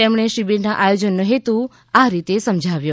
તેમણે શિબિરના આયોજનનો હેતુ આ રીતે સમજાવ્યો